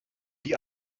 die